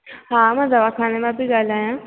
हा मां दवाखाने मां थी ॻाल्हायां